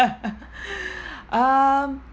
um